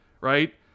right